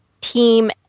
team